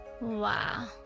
wow